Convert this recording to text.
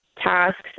tasks